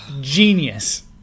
genius